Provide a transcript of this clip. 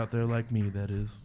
out there like me that is